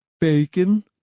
Bacon